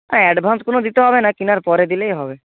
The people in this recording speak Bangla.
অ্যাডভান্স কোনো দিতে হবে না কিনার পরে দিলেই হবে